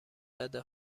بده